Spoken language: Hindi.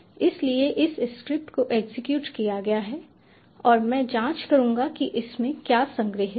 इसलिए इस स्क्रिप्ट को एग्जीक्यूट किया गया है और मैं जांच करूंगा कि इसमें क्या संग्रहीत है